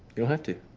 you don't have to.